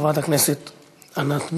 חברת הכנסת ענת ברקו.